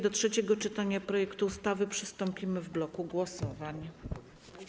Do trzeciego czytania projektu ustawy przystąpimy w bloku głosowań.